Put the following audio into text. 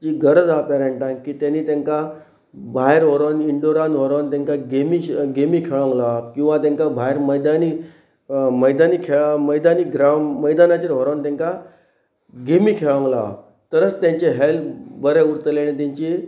जी गरज आसा पेरंटान की तेणी तांकां भायर व्हरोन इंडोरान व्हरोन तांकां गेमी गेमी खेळोंक लाप किंवां तांकां भायर मैदानी मैदानी खेळ मैदानी ग्रां मैदानाचेर व्हरोन तांकां गेमी खेळोंक लाप तरच तेंचे हेल्थ बरें उरतले आनी तेंची